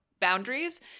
boundaries